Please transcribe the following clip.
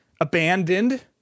Abandoned